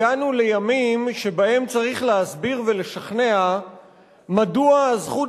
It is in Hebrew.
הגענו לימים שבהם צריך להסביר ולשכנע מדוע הזכות